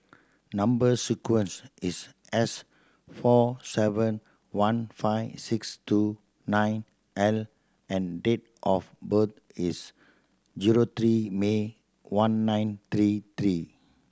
number sequence is S four seven one five six two nine L and date of birth is zero three May one nine three three